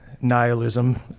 nihilism